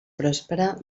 pròspera